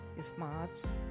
smart